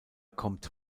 kommt